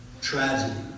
tragedy